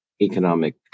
economic